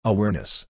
Awareness